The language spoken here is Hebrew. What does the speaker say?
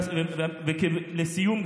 לסיום,